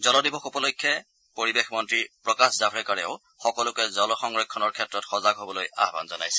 জল দিৱস উপলক্ষে পৰিৱেশ মন্ত্ৰী প্ৰকাশ জাভাড়েকাৰেও সকলোকে জল সংৰক্ষণৰ ক্ষেত্ৰত সজাগ হ'বলৈ আহ্মন জনাইছে